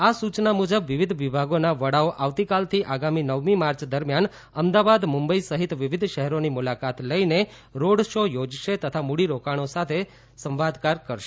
આ સૂચના મુજબ વિવિધ વિભાગોના વડાઓ આવતીકાલથી આગામી નવમી માર્ચ દરમિયાન અમદાવાદ મુંબઈ સહિત વિવિધ શહેરોની મુલાકાત લઈને રોડ શો યોજશે તથા મૂડીરોકાણકારો સાથે સંવાદ કરશે